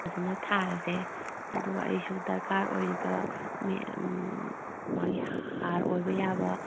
ꯐꯖꯅ ꯊꯥꯔꯁꯦ ꯑꯗꯨꯒ ꯑꯩꯁꯨ ꯗꯔꯀꯥꯔ ꯑꯣꯏꯔꯤꯕ ꯃꯥꯒꯤ ꯍꯥꯔ ꯑꯣꯏꯕ ꯌꯥꯕ